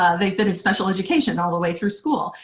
ah they've been in special education all the way through school.